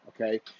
okay